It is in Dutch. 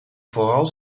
vooral